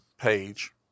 page